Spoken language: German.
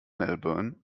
melbourne